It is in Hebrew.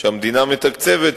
שהמדינה מתקצבת,